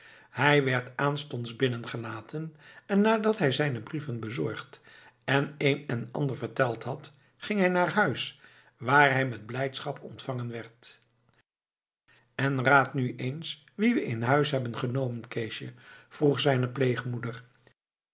hij werd aanstonds binnen gelaten en nadat hij zijne brieven bezorgd en een en ander verteld had ging hij naar huis waar hij met blijdschap ontvangen werd en raad nu eens wie we in huis hebben genomen keesje vroeg zijne